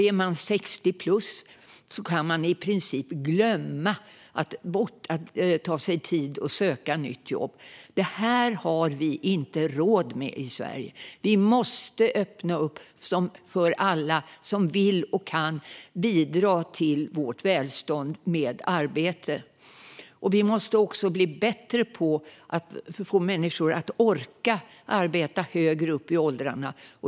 Är man 60-plus kan man i princip glömma att ta sig tid att söka nytt jobb. Det här har vi inte råd med i Sverige. Vi måste öppna för alla som vill och kan bidra till vårt välstånd med arbete. Vi måste också bli bättre på att få människor att orka arbeta högre upp i åldrarna.